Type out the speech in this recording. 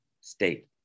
state